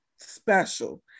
special